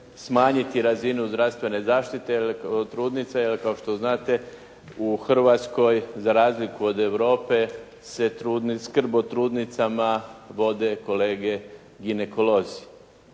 smanjiti razinu zdravstvene zaštite jer trudnice kao što znate u Hrvatskoj za razliku od Europe se skrb o trudnicama vode kolege ginekolozi.